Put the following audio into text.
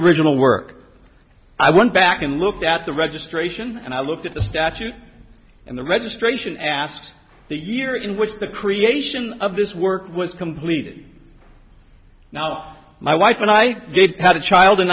original work i went back and looked at the registration and i looked at the statute and the registration asked the year in which the creation of this work was completed now my wife and i had a child in